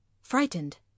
frightened